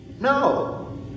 No